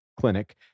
clinic